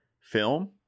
film